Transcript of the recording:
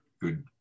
good